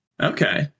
okay